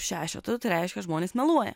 šešetų tai reiškia žmonės meluoja